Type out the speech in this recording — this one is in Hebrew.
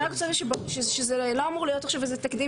אבל אני רק רוצה להגיד שזה לא אמור להיות עכשיו איזה תקדים